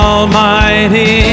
Almighty